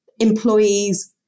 employees